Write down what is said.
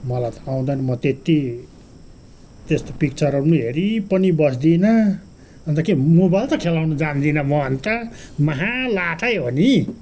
मलाई त आउँदैन म त्यति त्यस्तो पिक्चरहरू पनि हेरि पनि बस्दिनँ अन्त के मोबाइल त खेलाउनु जान्दिन म अन्त महा लाटै हो नि